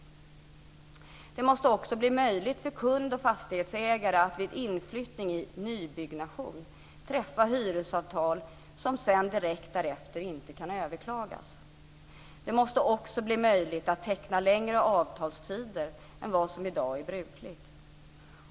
Det måste också bli möjligt för hyresgäst att vid inflyttning i nybyggnation träffa hyresavtal med fastighetsägaren vilket sedan inte direkt därefter kan överklagas. Det måste också bli möjligt att teckna längre avtalstider än vad som i dag är brukligt.